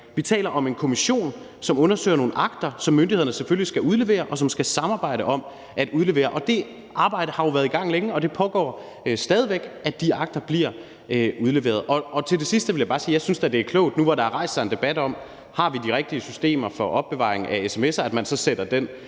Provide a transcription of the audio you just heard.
Vi taler om en kommission, som undersøger nogle akter, som myndighederne selvfølgelig skal udlevere, og som der skal samarbejdes om at udlevere, og det arbejde med, at de akter bliver udleveret, har jo været i gang længe, og det pågår stadig væk. Til det sidste vil jeg bare sige, at jeg synes, det er klogt nu, hvor der er rejst en debat om: Har vi de rigtige systemer for opbevaring af sms'er? at man så sætter den